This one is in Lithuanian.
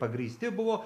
pagrįsti buvo